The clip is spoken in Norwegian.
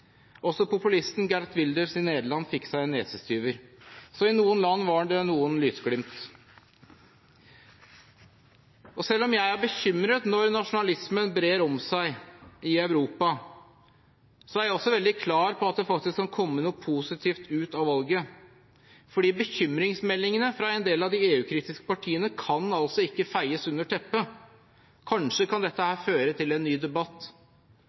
Også populisten Geert Wilders i Nederland fikk seg en nesestyver. Så i noen land var det noen lysglimt. Selv om jeg er bekymret når nasjonalismen brer om seg i Europa, er jeg også veldig klar på at det faktisk kan komme noe positivt ut av valget. Bekymringsmeldingene fra en del av de EU-kritiske partiene kan ikke feies under teppet, og kanskje kan dette føre til en ny debatt,